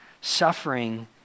suffering